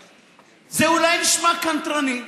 נו, באמת, זה אולי נשמע קנטרני.